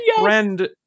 Friend